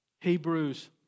Hebrews